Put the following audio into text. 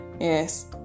yes